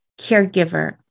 caregiver